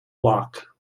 block